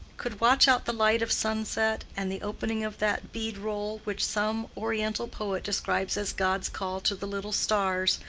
could watch out the light of sunset and the opening of that bead-roll which some oriental poet describes as god's call to the little stars,